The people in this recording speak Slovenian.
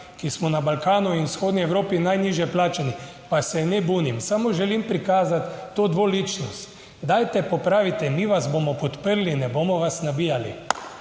ki smo na Balkanu in vzhodni Evropi najnižje plačani. Pa se ne bunim, samo želim prikazati to dvoličnost. Dajte popraviti, mi vas bomo podprli, ne bomo vas nabijali.